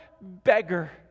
beggar